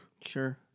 Sure